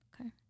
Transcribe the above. Okay